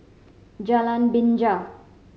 Jalan Binja